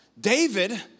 David